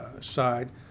side